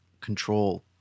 control